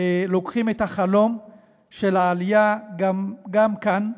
לוקחים את החלום של העלייה גם כאן,